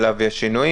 עליו יש שינויים,